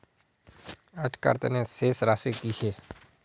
आजकार तने शेष राशि कि छे?